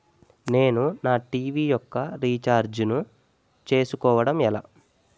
నేను నా టీ.వీ యెక్క రీఛార్జ్ ను చేసుకోవడం ఎలా?